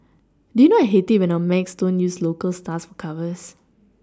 do you know I hate it when our mags don't use local stars for covers